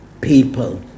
people